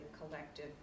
collective